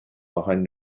behind